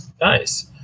Nice